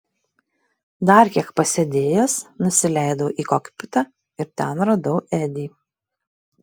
dar kiek pasėdėjęs nusileidau į kokpitą ir ten radau edį